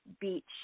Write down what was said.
beach